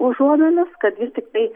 užuominas kad vis tiktai